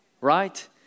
right